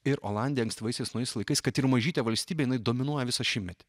ir olandija ankstyvaisiais naujaisiais laikais kad ir mažytė valstybė jinai dominuoja visą šimtmetį